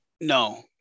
No